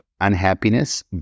unhappiness